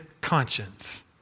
conscience